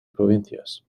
provincias